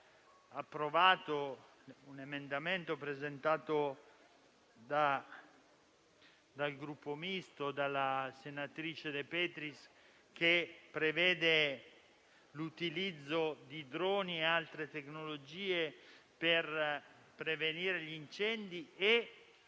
approvato un emendamento presentato dalla presidente del Gruppo Misto, senatrice De Petris, che prevede l'utilizzo di droni e altre tecnologie per prevenire gli incendi e